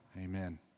amen